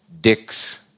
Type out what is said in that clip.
Dick's